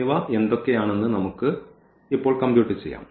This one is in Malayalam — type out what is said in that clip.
എന്നിവ എന്തൊക്കെയാണെന്ന് നമുക്ക് ഇപ്പോൾ കമ്പ്യൂട്ട് ചെയ്യാം